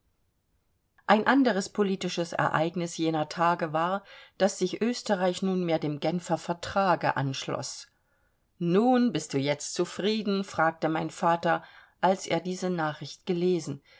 ein anderes politisches ereignis jener tage war daß sich österreich nunmehr dem genfer vertrage anschloß nun bist du jetzt zufrieden fragte mein vater als er diese nachricht gelesen